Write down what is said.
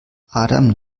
adam